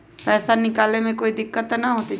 पैसा निकाले में कोई दिक्कत त न होतई?